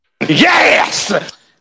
Yes